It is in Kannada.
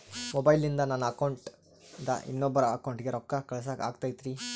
ಮೊಬೈಲಿಂದ ನನ್ನ ಅಕೌಂಟಿಂದ ಇನ್ನೊಬ್ಬರ ಅಕೌಂಟಿಗೆ ರೊಕ್ಕ ಕಳಸಾಕ ಆಗ್ತೈತ್ರಿ?